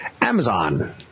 Amazon